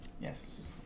Yes